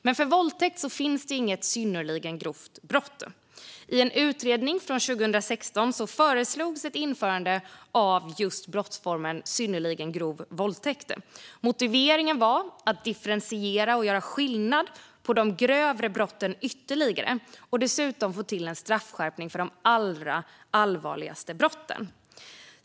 Men för våldtäkt finns det inget synnerligen grovt brott. I en utredning från 2016 föreslogs ett införande av just brottsformen synnerligen grov våldtäkt. Motiveringen var att differentiera och göra skillnad på de grövre brotten ytterligare och dessutom få till en straffskärpning för de allra allvarligaste brotten.